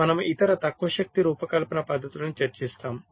మనము ఇతర తక్కువ శక్తి రూపకల్పన పద్ధతులను చర్చిస్తాము